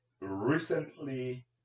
recently